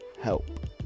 help